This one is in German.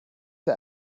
der